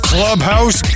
Clubhouse